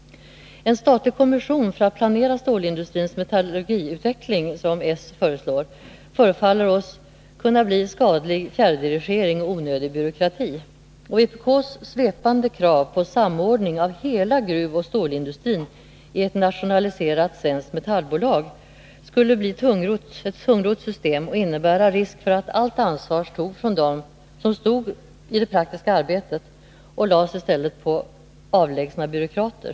En statlig kommission för att planera stålindustrins metallurgiutveckling, som socialdemokraterna föreslår, förefaller oss kunna bli en skadlig fjärrdirigering och onödig byråkrati. Vpk:s svepande krav på samordning av hela gruvoch stålindustrin i ett nationaliserat ”Svenskt metallbolag” skulle bli ett tungrott system och innebära risk för att allt ansvar togs från dem som står i de praktiska arbetet och lades på avlägsna byråkrater.